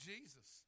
Jesus